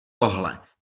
tohle